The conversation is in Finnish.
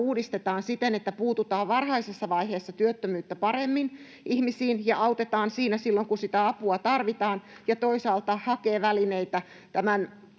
uudistetaan siten, että puututaan työttömyyden varhaisessa vaiheessa paremmin ihmisiin ja autetaan siinä silloin, kun sitä apua tarvitaan, ja toisaalta haetaan välineitä tämän